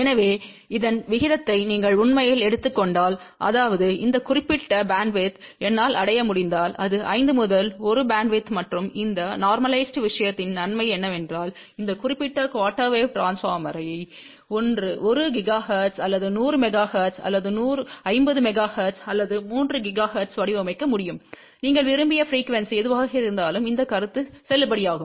எனவே இதன் விகிதத்தை நீங்கள் உண்மையில் எடுத்துக் கொண்டால் அதாவது இந்த குறிப்பிட்ட பேண்ட்வித்யை என்னால் அடைய முடிந்தால் இது 5 முதல் 1 பேண்ட்வித் மற்றும் இந்த நோர்மலிஸிட் விஷயத்தின் நன்மை என்னவென்றால் இந்த குறிப்பிட்ட குஆர்டெர் வேவ் ட்ரான்ஸ்போர்மர்யை 1 ஜிகாஹெர்ட்ஸ் அல்லது 100 மெகா ஹெர்ட்ஸ் அல்லது 500 மெகா ஹெர்ட்ஸ் அல்லது 3 ஜிகாஹெர்ட்ஸில் வடிவமைக்க முடியும் நீங்கள் விரும்பிய ப்ரீக்குவெண்ஸி எதுவாக இருந்தாலும் இந்த கருத்து செல்லுபடியாகும்